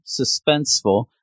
suspenseful